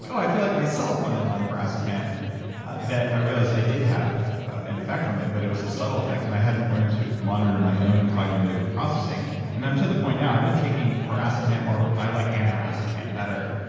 so i felt like myself when i'm on piracetam that i realized i did have an effect from it, but it was a subtle effect. and i hadn't learned to monitor my own cognitive processing and i'm to the point now, i've been taking piracetam, or i like and aniracetam ah so um better,